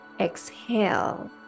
exhale